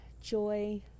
Joy